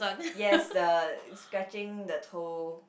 yes the scratching the toe